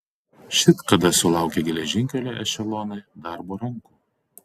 šit kada sulaukė geležinkelio ešelonai darbo rankų